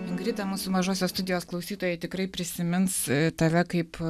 ingrida mūsų mažosios studijos klausytojai tikrai prisimins tave kaip